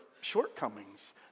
shortcomings